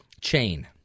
chain